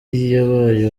yabaye